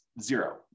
zero